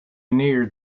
near